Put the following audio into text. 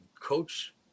Coach